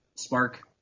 spark